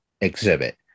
exhibit